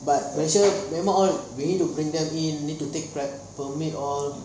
but lets say Myanmar all we need to bring them in we need to take permit all